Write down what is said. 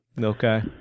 Okay